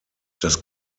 das